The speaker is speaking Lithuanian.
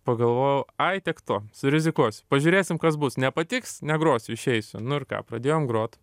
pagalvojau ai tiek to surizikuosiu pažiūrėsim kas bus nepatiks negrosiu išeisiu nu ir ką pradėjom grot